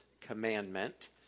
commandment